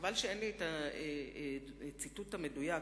וחבל שאין לי הציטוט המדויק,